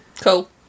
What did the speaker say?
Cool